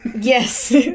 Yes